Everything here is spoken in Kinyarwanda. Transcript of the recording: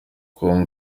com